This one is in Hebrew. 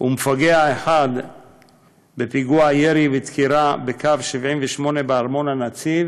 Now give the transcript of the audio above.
ומפגע אחד בפיגוע ירי ודקירה בקו 78 בארמון הנציב